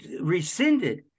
rescinded